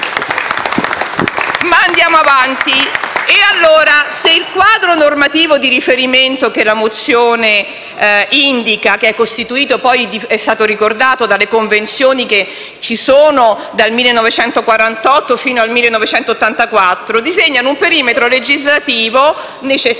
Ma andiamo avanti. Dunque, se il quadro normativo di riferimento che la mozione indica - che, com'è stato ricordato, è costituito dalle Convenzioni che ci sono, dal 1948 fino al 1984 - disegna un perimetro legislativo necessario,